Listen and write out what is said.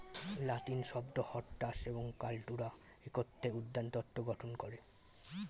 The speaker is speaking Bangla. লাতিন শব্দ হরটাস এবং কাল্টুরা একত্রে উদ্যানতত্ত্ব গঠন করে